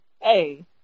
hey